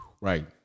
Right